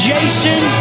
Jason